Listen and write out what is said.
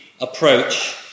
approach